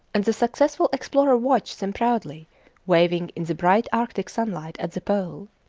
and the successful explorer watched them proudly waving in the bright arctic sunlight at the pole.